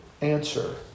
answer